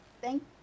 thank